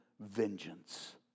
vengeance